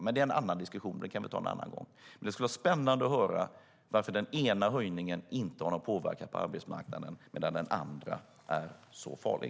Det är dock en annan diskussion; den kan vi ta en annan gång. Men det skulle vara spännande att höra varför den ena höjningen inte har någon påverkan på arbetsmarknaden, medan den andra är så farlig.